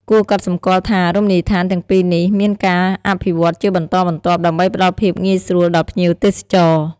គួរកត់សម្គាល់ថា រមណីយដ្ឋានទាំងពីរនេះមានការអភិវឌ្ឍជាបន្តបន្ទាប់ដើម្បីផ្តល់ភាពងាយស្រួលដល់ភ្ញៀវទេសចរ។